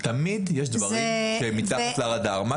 תמיד יש דברים שהם מתחת לרדאר.